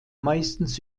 meistens